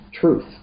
truth